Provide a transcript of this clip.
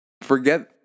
forget